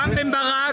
רם בן ברק.